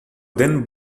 then